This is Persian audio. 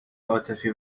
عاطفی